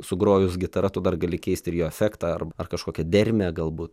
sugrojus gitara tu dar gali keisti ir jo efektą ar ar kažkokią dermę galbūt